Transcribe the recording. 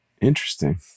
interesting